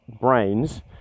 brains